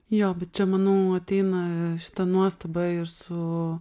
jo bet čia manau ateina šita nuostaba ir su